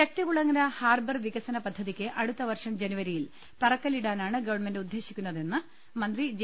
Sakthikulangara harbour വികസന പദ്ധതിക്ക് അടുത്ത വർഷം ജനുവരിയിൽ തറക്കല്ലിടാനാണ് ഗവൺമെന്റ് ഉദ്ദേശിക്കുന്നതെന്ന് മന്ത്രി ജെ